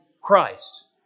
Christ